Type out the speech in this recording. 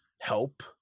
help